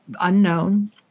unknown